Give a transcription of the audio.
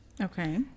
Okay